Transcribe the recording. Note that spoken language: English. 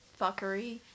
fuckery